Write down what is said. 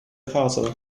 castle